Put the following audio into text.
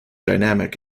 dynamic